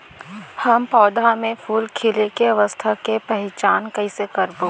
हम पौधा मे फूल खिले के अवस्था के पहिचान कईसे करबो